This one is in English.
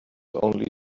only